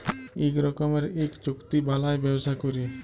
ইক রকমের ইক চুক্তি বালায় ব্যবসা ক্যরে